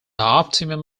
optimum